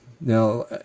Now